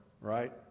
right